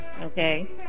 Okay